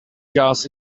gas